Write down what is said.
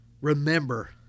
Remember